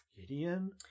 Gideon